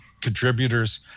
contributors